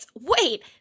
wait